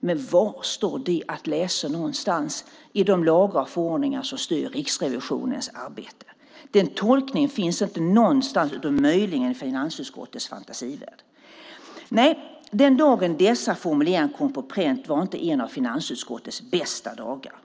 Men var står det att läsa någonstans i de lagar och förordningar som styr Riksrevisionens arbete? Den tolkningen finns inte någonstans utom möjligen i finansutskottets fantasivärld. Nej, den dag dessa formuleringar kom på pränt var inte en av finansutskottets bästa dagar.